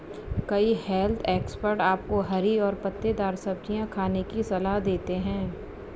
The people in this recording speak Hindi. कई हेल्थ एक्सपर्ट आपको हरी और पत्तेदार सब्जियां खाने की सलाह देते हैं